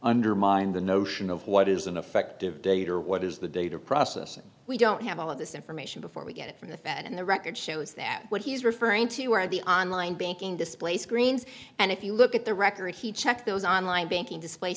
undermine the notion of what is an effective date or what is the data processing we don't have all of this information before we get it from the fed and the record shows that what he's referring to are the online banking display screens and if you look at the record he checked those online banking display